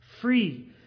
free